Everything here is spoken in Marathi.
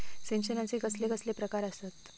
सिंचनाचे कसले कसले प्रकार आसत?